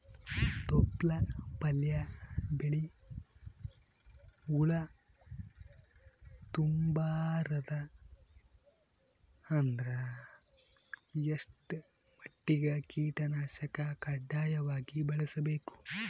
ತೊಪ್ಲ ಪಲ್ಯ ಬೆಳಿ ಹುಳ ತಿಂಬಾರದ ಅಂದ್ರ ಎಷ್ಟ ಮಟ್ಟಿಗ ಕೀಟನಾಶಕ ಕಡ್ಡಾಯವಾಗಿ ಬಳಸಬೇಕು?